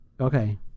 Okay